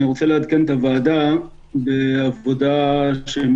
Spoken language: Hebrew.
אני רוצה לעדכן את הוועדה בעבודה שמתקיימת